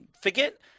Forget